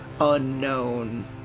unknown